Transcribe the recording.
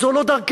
זו לא דרכנו.